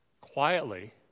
Quietly